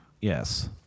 yes